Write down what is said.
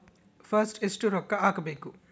First ಎಷ್ಟು ರೊಕ್ಕ ಹಾಕಬೇಕು?